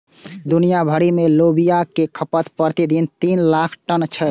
दुनिया भरि मे लोबिया के खपत प्रति दिन तीन लाख टन छै